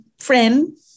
friend